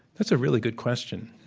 that's a really good question.